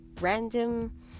random